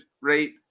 rate